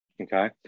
okay